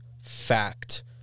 fact